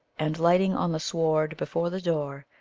and, lighting on the sward before the door,